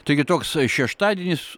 taigi toksai šeštadienis